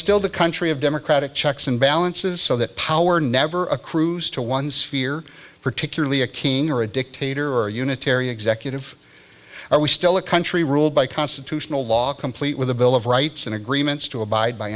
still the country of democratic checks and balances so that power never accrues to one sphere particularly a king or a dictator or a unitary executive are we still a country ruled by constitutional law complete with a bill of rights and agreements to abide by